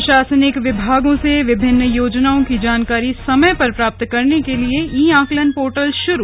प्रशासनिक विभागों से विभिन्न योजनाओं की जानकारी समय पर प्राप्त करने के लिए ई आंकलन पोर्टल शुरू